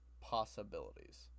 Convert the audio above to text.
possibilities